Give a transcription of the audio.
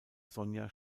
sonja